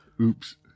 Oops